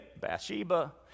Bathsheba